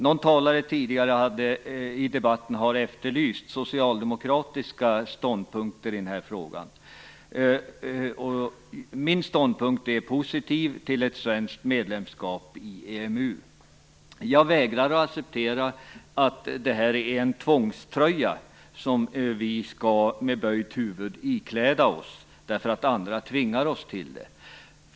Någon tidigare talare har i debatten efterlyst socialdemokratiska ståndpunkter i den här frågan. Min inställning till ett svenskt medlemskap i EMU är positiv. Jag vägrar att acceptera att det är en tvångströja som vi med böjt huvud skall ikläda oss därför att andra tvingar oss till det.